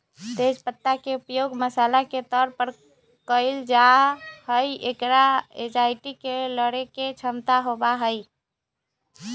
तेज पत्ता के उपयोग मसाला के तौर पर कइल जाहई, एकरा एंजायटी से लडड़े के क्षमता होबा हई